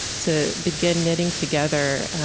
to begin knitting together